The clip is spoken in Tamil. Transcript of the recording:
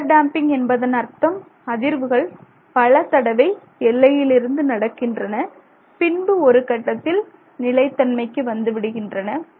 அண்டர் டேம்பிங் என்பதன் அர்த்தம் அதிர்வுகள் பலதடவை எல்லையிலிருந்து நடக்கின்றன பின்பு ஒரு கட்டத்தில் நிலைத் தன்மைக்கு வந்துவிடுகிறது